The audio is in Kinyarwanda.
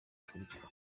afrika